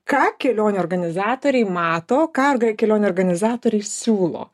ką kelionių organizatoriai mato ką kelionių organizatoriai siūlo